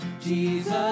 Jesus